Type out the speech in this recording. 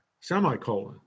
semicolon